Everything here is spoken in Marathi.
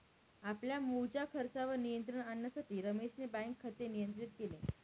आपल्या मुळच्या खर्चावर नियंत्रण आणण्यासाठी रमेशने बँक खाते नियंत्रित केले